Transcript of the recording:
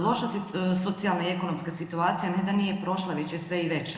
Loša socijalna i ekonomska situacija ne da nije prošla već je sve i veća.